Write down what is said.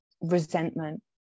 resentment